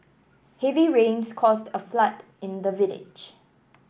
heavy rains caused a flood in the village